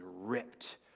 ripped